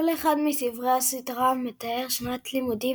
כל אחד מספרי הסדרה מתאר שנת לימודים